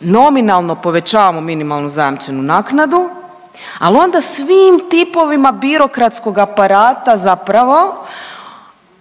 nominalno povećavamo minimalnu zajamčenu naknadu, ali onda svim tipovima birokratskog aparata zapravo